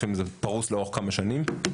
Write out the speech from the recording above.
לפעמים זה פרוס לאורך כמה שנים.